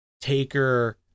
Taker